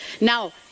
now